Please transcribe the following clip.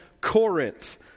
Corinth